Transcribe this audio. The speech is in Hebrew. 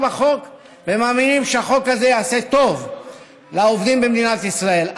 בחוק והם מאמינים שהחוק הזה יעשה טוב לעובדים במדינת ישראל.